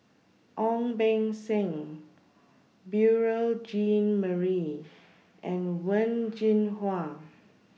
Ong Beng Seng Beurel Jean Marie and Wen Jinhua